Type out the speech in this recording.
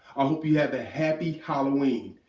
i hope you have a happy halloween,